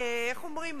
איך אומרים,